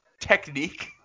Technique